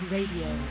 Radio